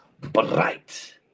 bright